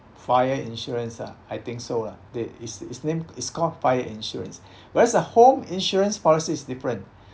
fire insurance ah I think so lah that is it's name it's called fire insurance whereas a home insurance policy is different